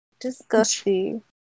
disgusting